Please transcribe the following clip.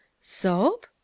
Soap